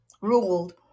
ruled